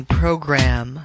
program